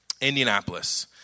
Indianapolis